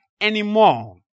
anymore